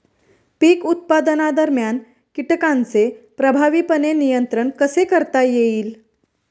पीक उत्पादनादरम्यान कीटकांचे प्रभावीपणे नियंत्रण कसे करता येईल?